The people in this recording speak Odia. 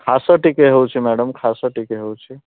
ଖାଶ ଟିକେ ହେଉଛି ମ୍ୟାଡ଼ାମ୍ କାଶ ଟିକେ ହେଉଛି